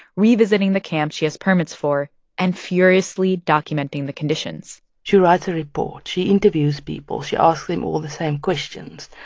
revisiting the camp she has permits for and furiously documenting the conditions she writes a report. she interviews people. she asks them all the same questions.